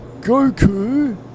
Goku